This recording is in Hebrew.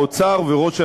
האוצר וראש הממשלה,